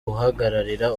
guhagararira